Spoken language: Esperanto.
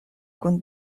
kun